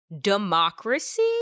democracy